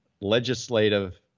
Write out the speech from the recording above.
legislative